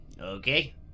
Okay